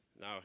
Now